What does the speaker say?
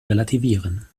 relativieren